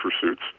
pursuits